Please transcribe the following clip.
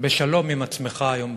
בשלום עם עצמך היום בלילה?